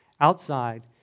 outside